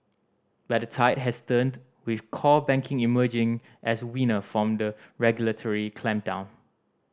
but the tide has turned with core banking emerging as winner from the regulatory clampdown